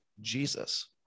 Jesus